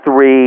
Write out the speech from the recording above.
three